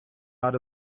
out